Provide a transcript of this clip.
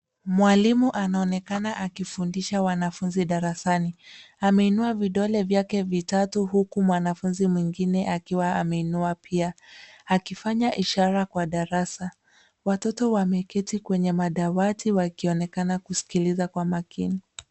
Malimu anaonekana akimfudisha wanafunzi darasani ameinua vidole vyake vitatu huku mwanafunzi mwingine akiwa ameinuwa pia akifanya ishara kwa darasa .Watoto wameketi kwenye dawati wakionekana kusikiliza kwa makini.